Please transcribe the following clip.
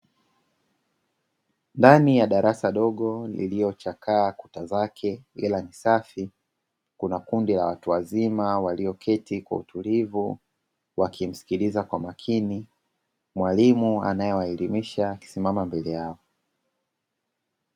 Ndani ya darasa dogo, liliochakaa kuta zake ila ni safi, kuna kundi la watu wazima walioketi kwa utulivu, wakimsikiliza kwa makini mwalimu anayewaelimisha, akisimama mbele yao.